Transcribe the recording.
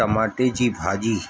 टमाटे जी भाॼी